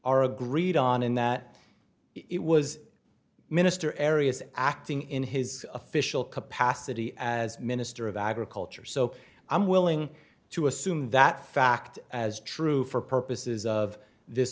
are agreed on in that it was mr areas acting in his official capacity as minister of agriculture so i'm willing to assume that fact as true for purposes of this